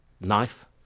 knife